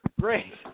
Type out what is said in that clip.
Great